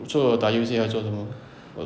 你除了打游戏还有做什么 um